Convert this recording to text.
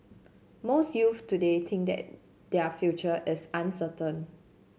most youths today think that their future is uncertain